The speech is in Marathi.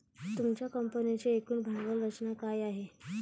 तुमच्या कंपनीची एकूण भांडवल रचना काय आहे?